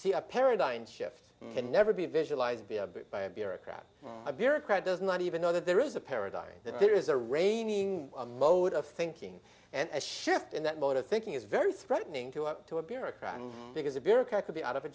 a paradigm shift and never be visualised be a bit by a bureaucrat a bureaucrat does not even know that there is a paradigm that there is a reigning a mode of thinking and a shift in that mode of thinking is very threatening to up to a bureaucrat and because a bureaucrat could be out of a